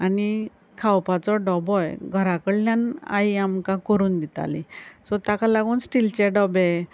आनी खावपाचो डबोय घरा कडल्यान आई आमकां करून दिताली सो ताका लागून स्टिलचे डबे